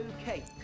Okay